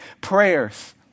prayers